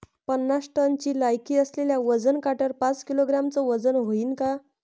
पन्नास टनची लायकी असलेल्या वजन काट्यावर पाच किलोग्रॅमचं वजन व्हईन का?